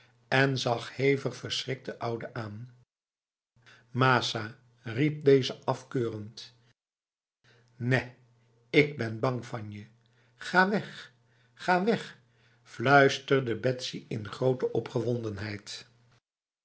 en zag hevig verschrikt de oude aan masa riep deze afkeurend nèh ik ben bang van je ga weg ga weg fluisterde betsy in grote